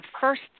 first